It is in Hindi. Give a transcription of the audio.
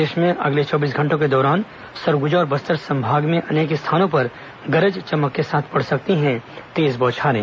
प्रदेश में अगले चौबीस घंटों के दौरान सरगुजा और बस्तर संभाग में अनेक स्थानों पर गरज चमक के साथ पड़ सकती है तेज बौछारें